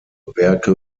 werke